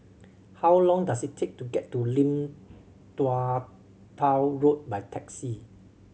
how long does it take to get to Lim Tua Tow Road by taxi